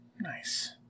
Nice